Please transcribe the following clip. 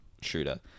shooter